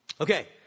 Okay